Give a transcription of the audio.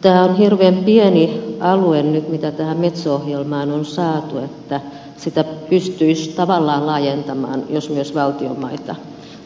tämä on hirveän pieni alue nyt mitä tähän metso ohjelmaan on saatu ja sitä pystyisi tavallaan laajentamaan jos myös valtion maita